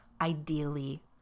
ideally